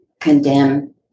condemn